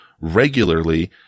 regularly